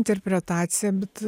interpretacija bet